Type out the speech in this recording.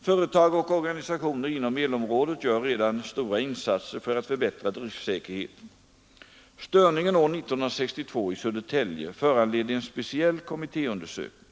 Företag och organisationer inom elområdet gör redan stora insatser för att förbättra driftsäkerheten. Störningen år 1962 i Södertälje föranledde en speciell kommittéundersökning.